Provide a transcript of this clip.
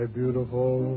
beautiful